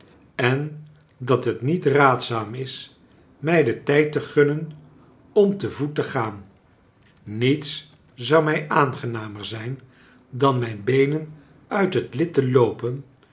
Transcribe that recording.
en dat het niet raadzaam is mij den tijd te gunnen om te voet te gaan niets zou mij aangenamer zijn dan mijn beenen uit het lid te loopen